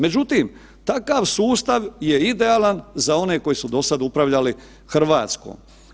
Međutim, takav sustav je idealan za one koji su dosad upravljali Hrvatskom.